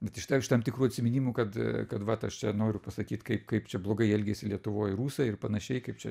bet iš ta iš tam tikrų atsiminimų kad kad vat aš čia noriu pasakyt kaip kaip čia blogai elgiasi lietuvoj rusai ir panašiai kaip čia